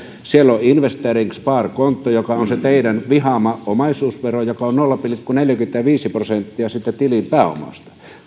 prosenttia siellä on investeringssparkonto jossa on se teidän vihaamanne omaisuusvero joka on nolla pilkku neljäkymmentäviisi prosenttia siitä tilin pääomasta